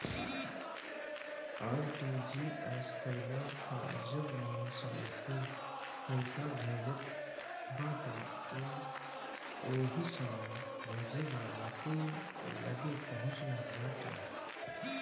RTGS कईला पअ जवने समय तू पईसा भेजत बाटअ उ ओही समय भेजे वाला के लगे पहुंच जात बाटे